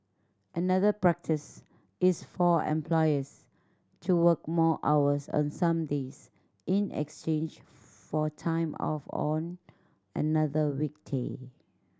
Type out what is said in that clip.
another practice is for employees to work more hours on some days in exchange for time off on another weekday